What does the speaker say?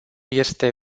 este